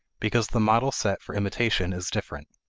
because the model set for imitation is different.